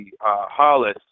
Hollis